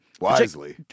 Wisely